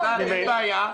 אוסנת, אין בעיה,